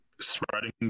spreading